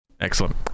Excellent